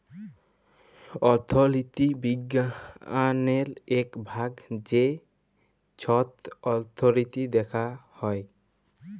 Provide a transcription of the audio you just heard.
অথ্থলিতি বিজ্ঞালের ইক ভাগ যেট ছট অথ্থলিতি দ্যাখা হ্যয়